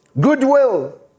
goodwill